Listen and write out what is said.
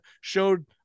showed